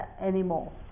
anymore